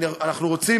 אנחנו רוצים,